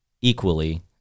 equally